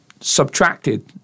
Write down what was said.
subtracted